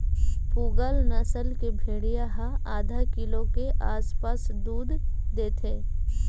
पूगल नसल के भेड़िया ह आधा किलो के आसपास दूद देथे